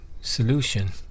solution